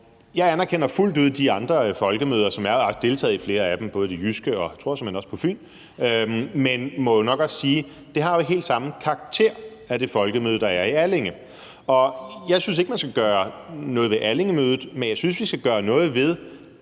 Jeg anerkender fuldt ud de andre folkemøder, og jeg har også deltaget i flere af dem, både de jyske, og jeg tror såmænd også på Fyn, men må jo nok også sige, at de ikke har helt samme karakter som det folkemøde, der er i Allinge. Og jeg synes ikke, man skal gøre noget ved Allingemødet, men jeg synes, vi skal gøre noget ved,